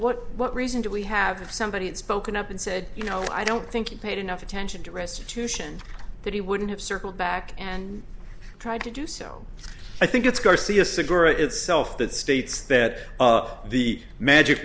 what what reason do we have somebody had spoken up and said you know i don't think you paid enough attention to restitution that he wouldn't have circled back and tried to do so i think it's garcia cigarette itself that states that the magic